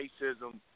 racism